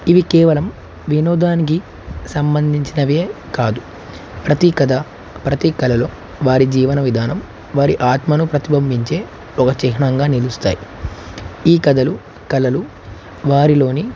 ఇవి కేవలం వినోదానికి సంబంధించినవే కాదు ప్రతీ కథ ప్రతి కళలో వారి జీవన విధానం వారి ఆత్మను ప్రతిబంబించే ఒక చిహ్ణంగా నిలుస్తాయి ఈ కథలు కళలు వారిలోని